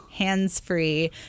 hands-free